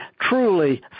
truly